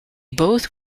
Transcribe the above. both